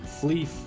flee